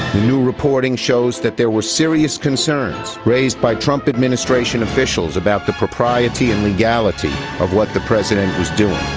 new reporting shows that there were serious concerns raised by trump administration officials about the propriety and legality of what the president was doing.